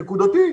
נקודתית,